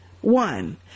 One